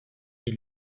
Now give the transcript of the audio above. est